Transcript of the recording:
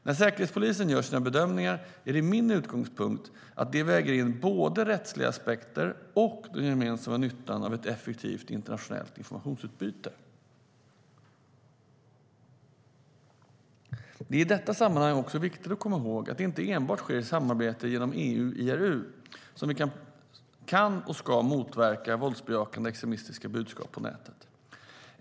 När Säkerhetspolisen gör sina bedömningar är det min utgångspunkt att de väger in både rättsliga aspekter och den gemensamma nyttan av ett effektivt internationellt informationsutbyte. Det är i detta sammanhang också viktigt att komma ihåg att det inte är enbart genom samarbetet i EU IRU som vi kan och ska motverka våldsbejakande extremistiska budskap på nätet.